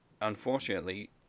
unfortunately